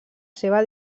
seva